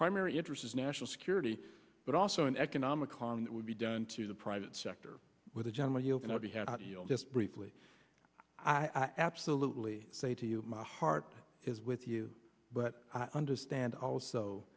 primary interest is national security but also an economic on that would be done to the private sector with a general you just briefly i absolutely say to you my heart is with you but i understand also